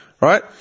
right